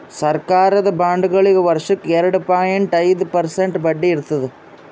ಸರಕಾರದ ಬಾಂಡ್ಗೊಳಿಗ್ ವರ್ಷಕ್ಕ್ ಎರಡ ಪಾಯಿಂಟ್ ಐದ್ ಪರ್ಸೆಂಟ್ ಬಡ್ಡಿ ಇರ್ತದ್